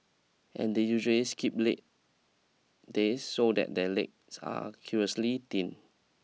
and they usually skip leg days so that their legs are curiously thin